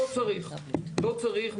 לא צריך; לא צריך,